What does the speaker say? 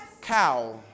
cow